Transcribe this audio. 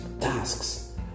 tasks